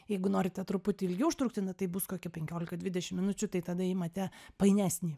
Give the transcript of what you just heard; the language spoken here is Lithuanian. jeigu norite truputį ilgiau užtrukti na tai bus kokie penkiolika dvidešim minučių tai tada imate painesnį